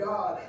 God